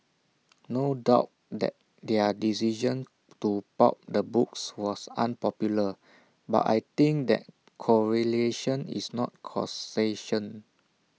no doubt the their decision to pulp the books was unpopular but I think that correlation is not causation